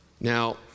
Now